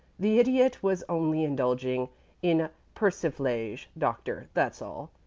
the idiot was only indulging in persiflage, doctor. that's all.